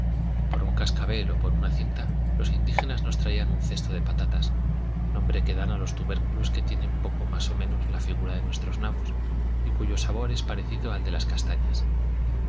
por un cascabel o por una cinta los indígenas nos traían un cesto de patatas nombre que dan a los tubérculos que tienen poco más o menos la figura de nuestros nabos y cuyo sabor es parecido al de las castañas